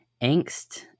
Angst